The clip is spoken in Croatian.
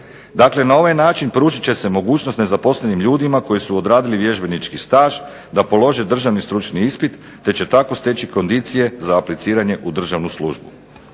Dakle, na ovaj način pružit će se mogućnost nezaposlenim ljudima koji su odradili vježbenički staž da polože državni stručni ispit te će tako steći kondicije za apliciranje u državnu službu.